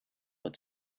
but